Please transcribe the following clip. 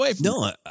No